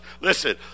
Listen